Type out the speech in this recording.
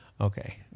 Okay